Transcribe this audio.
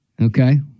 Okay